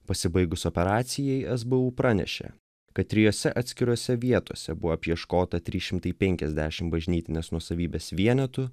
pasibaigus operacijai sbu pranešė kad trijose atskirose vietose buvo apieškota trys šimtai penkiasdešim bažnytinės nuosavybės vienetų